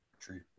True